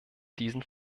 diesen